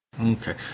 Okay